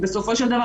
כי בסופו של דבר,